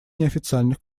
неофициальных